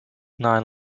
nine